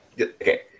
okay